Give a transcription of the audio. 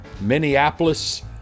Minneapolis